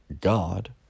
God